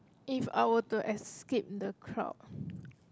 if I were to escape the crowd